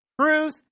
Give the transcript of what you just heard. Truth